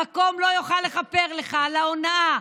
המקום לא יוכל לכפר לך על ההונאה,